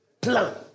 plan